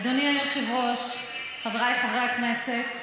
אדוני היושב-ראש, חבריי חברי הכנסת,